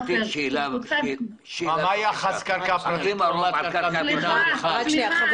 מה היחס בין קרקע פרטית לעומת קרקע --- סליחה,